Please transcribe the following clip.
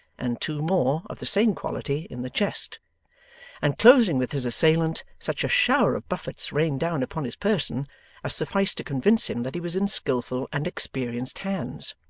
and two more, of the same quality, in the chest and closing with his assailant, such a shower of buffets rained down upon his person as sufficed to convince him that he was in skilful and experienced hands.